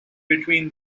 between